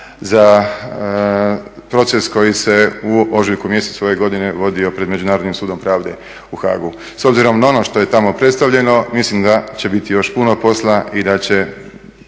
za proces koji se u ožujku mjesecu ove godine vodio pred Međunarodnim sudom pravde u Haagu. S obzirom na ono što je tamo predstavljeno mislim da će biti još puno posla i da će